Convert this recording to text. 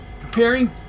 Preparing